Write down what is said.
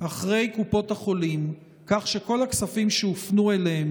אחרי קופות החולים כך שכל הכספים שהופנו אליהן